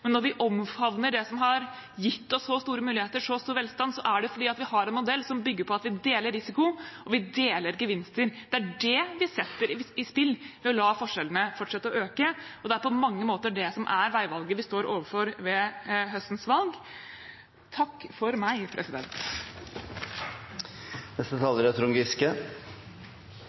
Når vi omfavner det som har gitt oss så store muligheter og så stor velstand, er det fordi vi har en modell som bygger på at vi deler risiko, og vi deler gevinster. Det er det vi setter på spill ved å la forskjellene fortsette å øke, og det er på mange måter det som er veivalget vi står overfor ved høstens valg.